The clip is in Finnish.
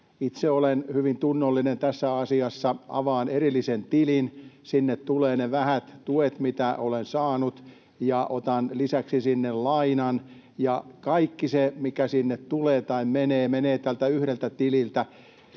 Itse olen hyvin tunnollinen tässä asiassa. Avaan erillisen tilin, sinne tulevat ne vähät tuet, mitä olen saanut, ja lisäksi otan sinne lainan. Kaikki se, mikä tulee tai menee, menee tältä yhdeltä tililtä.